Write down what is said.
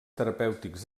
terapèutics